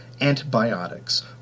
antibiotics